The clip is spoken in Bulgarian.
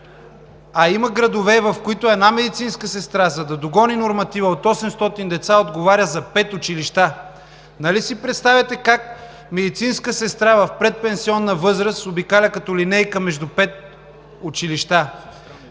Има градове, в които една медицинска сестра, за да догони норматива от 800 деца, отговаря за пет училища. Нали си представяте как медицинска сестра в предпенсионна възраст обикаля като линейка между пет училища?